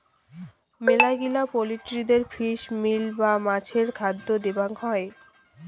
মেলাগিলা পোল্ট্রিদের fish meal বা মাছের খাদ্য দিবং হই